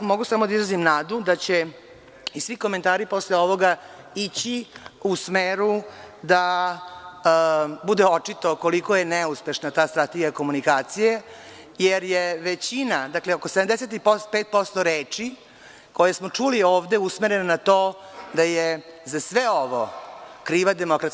Mogu samo da izrazim nadu da će i svi komentari posle ovoga ići u smeru da bude očito koliko je neuspešna ta strategija komunikacije, jer je većina, oko 75% reči koje smo čuli ovde, usmerene na to je za sve ovo kriva DS.